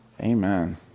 Amen